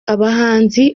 abahanzi